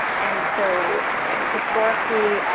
and so historically,